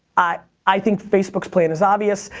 i i think facebook's plan is obvious.